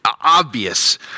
obvious